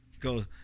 Go